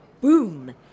boom